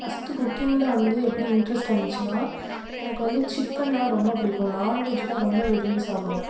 first குக்கிங்கில் வந்து எப்படி இன்ட்ரஸ்ட் வந்துச்சுனால் எனக்கு வந்து சிக்கன்லாம் ரொம்ப பிடிக்கும் நான்வெஜ்லாம் ரொம்ப விரும்பி சாப்பிடுவேன்